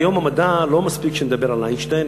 ביום המדע לא מספיק שנדבר על איינשטיין,